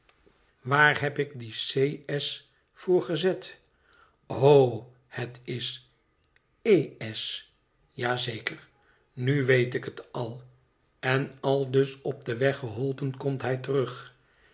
waar heb ik die c s voor gezet o het is e s ja zeker nu weet ik het al en aldus op den weg geholpen komt hij terug